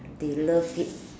they love it